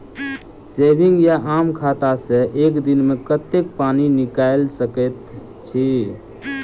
Saving वा आम खाता सँ एक दिनमे कतेक पानि निकाइल सकैत छी?